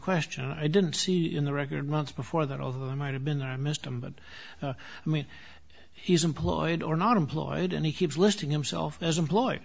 question i didn't see in the record months before that although i might have been i missed him but i mean he's employed or not employed and he keeps listing himself as employed